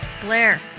Blair